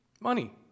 Money